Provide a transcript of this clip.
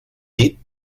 dit